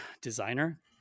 designer